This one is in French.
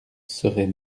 serait